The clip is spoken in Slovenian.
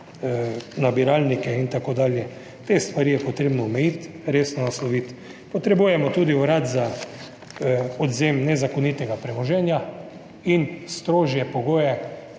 nabiralnike in tako dalje. Te stvari je treba omejiti, resno nasloviti. Potrebujemo tudi urad za odvzem nezakonitega premoženja in strožje pogoje